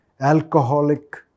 alcoholic